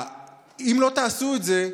אם לא תעשו את זה,